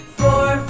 four